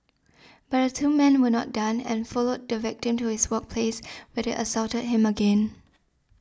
but the two men were not done and followed the victim to his workplace where they assaulted him again